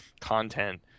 content